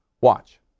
Watch